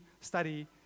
study